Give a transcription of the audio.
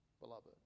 beloved